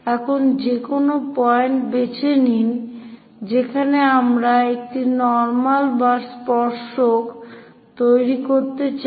এখন যেকোনো পয়েন্ট বেছে নিন যেখানে আমরা একটি নর্মাল বা স্পর্শক তৈরি করতে চাই